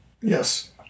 yes